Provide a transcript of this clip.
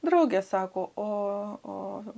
drauge sako o o